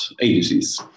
agencies